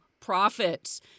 profits